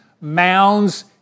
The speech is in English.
mounds